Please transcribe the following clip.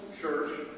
church